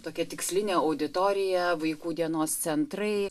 tokia tikslinė auditorija vaikų dienos centrai